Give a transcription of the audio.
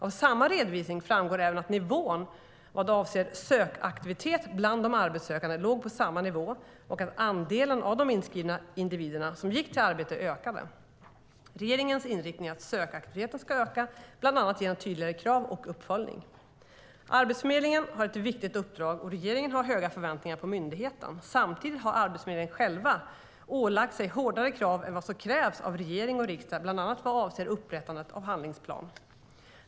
Av samma redovisning framgår även att nivån vad avser sökaktiviteten bland de arbetssökande låg på samma nivå och att andelen av de inskrivna individerna som gick till arbete ökade. Regeringens inriktning är att sökaktiviteten ska öka bland annat genom tydligare krav och uppföljning. Arbetsförmedlingen har ett viktigt uppdrag, och regeringen har höga förväntningar på myndigheten. Samtidigt har Arbetsförmedlingen själva ålagt sig hårdare krav än vad som krävts av regering och riksdag, bland annat vad avser upprättande av handlingsplan.